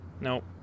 Nope